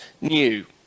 new